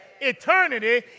eternity